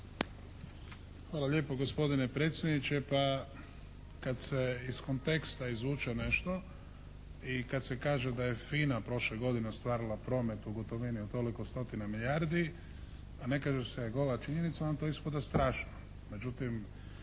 Hvala lijepo, gospodine predsjedniče. Pa, kad se iz konteksta izvuče nešto i kad se kaže da je FINA prošle godine ostvarila promet u gotovini od toliko stotina milijardi a ne kaže se gola činjenica onda to ispada strašno.